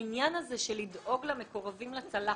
העניין הזה של לדאוג למקורבים לצלחת,